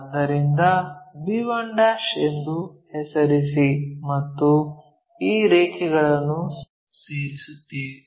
ಆದ್ದರಿಂದ b1' ಎಂದು ಹೆಸರಿಸಿ ಮತ್ತು ಈ ರೇಖೆಗಳನ್ನು ಸೇರಿಸುತ್ತೇವೆ